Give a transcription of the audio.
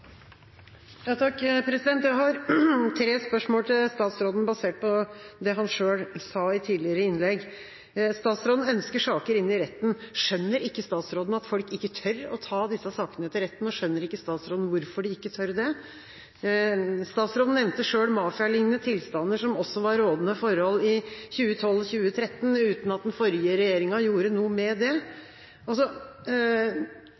Jeg har tre spørsmål til statsråden, basert på det han selv sa i et tidligere innlegg. Statsråden ønsker saker inn i retten. Skjønner ikke statsråden at folk ikke tør å ta disse sakene til retten, og skjønner ikke statsråden hvorfor de ikke tør det? Statsråden nevnte selv mafialignende tilstander, som også var rådende forhold i 2012–2014, uten at den forrige regjeringa gjorde noe med det.